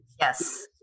Yes